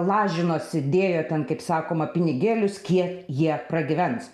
lažinosi dėjo ten kaip sakoma pinigėlius kiek jie pragyvens